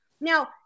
Now